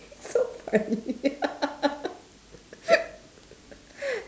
so funny